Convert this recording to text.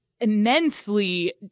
immensely